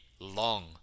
long